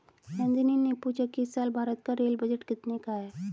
नंदनी ने पूछा कि इस साल भारत का रेल बजट कितने का है?